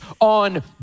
on